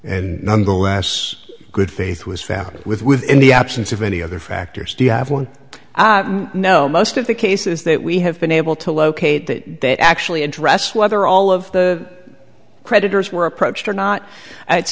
and nonetheless good faith was found with with in the absence of any other factors do you have one know most of the cases that we have been able to locate that actually address whether all of the creditors were approached or not it's